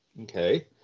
okay